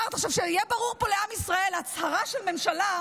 שיהיה ברור פה לעם ישראל: הצהרה של ממשלה,